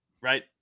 right